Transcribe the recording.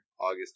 August